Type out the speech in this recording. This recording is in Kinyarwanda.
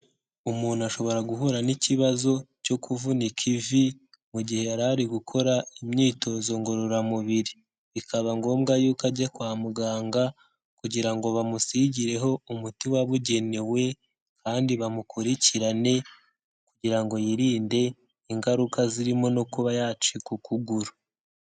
Umuntu ashobora guhura n'ikibazo cyo kuvunika ivi mu gihe yari ari gukora imyitozo ngororamubiri. Bikaba ngombwa yuko ajya kwa muganga kugira ngo bamusigireho umuti wabugenewe kandi bamukurikirane kugira ngo yirinde ingaruka zirimo no kuba yacika ukuguru.